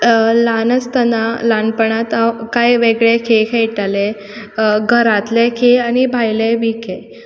ल्हान आसतना ल्हानपणांत कांय वेगवेगळे खेळ खेयटालें घरांतले खेळ आनी भायलेय बी खेळ